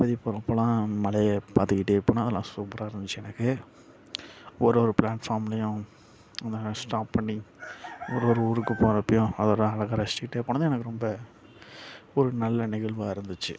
திருப்பதி போனப்பலான் மலையை பார்த்துகிட்டே போன அதலாம் சூப்பராக இருந்துச்சு எனக்கு ஒரு ஒரு பிளாட்ஃபாம்ளையும் அந்த ஸ்டாப் பண்ணி ஒரு ஒரு ஊருக்கு போகிறப்பையும் அதோடய அழகை ரசிச்சிகிட்டு போனது எனக்கு ரொம்ப ஒரு நல்ல நிகழ்வாக இருந்துச்சு